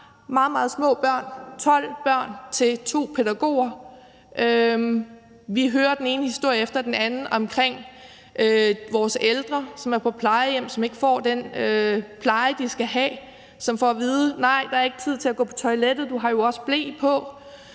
hvor der er 12 børn til to pædagoger. Og vi hører den ene historie efter den anden om vores ældre, som er på plejehjem, og som ikke får den pleje, som de skal have, og som får at vide, at nej, der er ikke tid til at gå på toilettet, og du har jo også ble på,